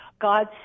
God